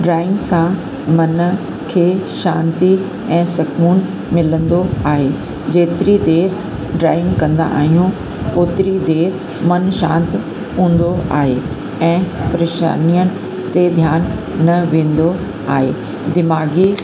drawing सां मन खे शांती ऐं सुकूनु मिलंदो आहे जेतरी देरि ड्रॉइंग कंदा आहियूं ओतरी देरि मन शांति हूंदो आहे ऐं परेशानियां ते ध्यान न वेंदो आहे दिमाग़ी